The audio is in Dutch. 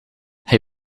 hij